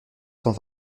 cent